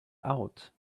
out